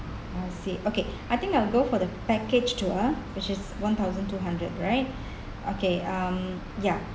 I see okay I think I'll go for the package tour which is one thousand two hundred right okay um ya